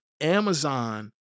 Amazon